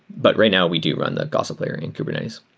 but right now, we do run the gossip layer in kubernetes.